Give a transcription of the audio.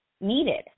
needed